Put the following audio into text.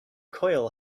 coil